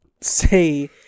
say